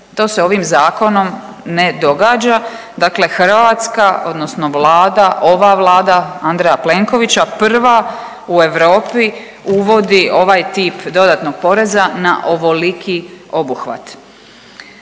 To se ovim zakonom ne događa. Dakle, Hrvatska odnosno Vlada, ova Vlada Andreja Plenkovića prva u Europi uvodi ovaj tip dodatnog poreza na ovoliki obuhvat.